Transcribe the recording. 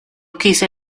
quise